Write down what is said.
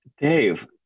Dave